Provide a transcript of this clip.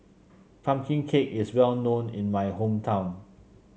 pumpkin cake is well known in my hometown